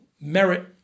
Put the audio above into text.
merit